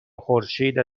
خورشید